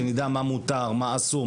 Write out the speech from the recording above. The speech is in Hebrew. שנדע מה מותר ומה אסור,